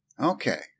Okay